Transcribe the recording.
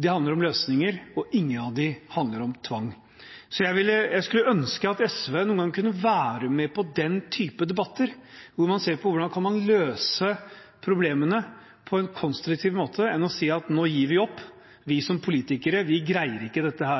Det handler om løsninger, og ingen av dem handler om tvang. Jeg skulle ønske at SV noen ganger kunne være med på den typen debatter hvor man ser på hvordan man kan løse problemene på en mer konstruktiv måte enn ved å si: Nå gir vi opp, vi som politikere greier ikke dette